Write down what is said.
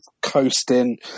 coasting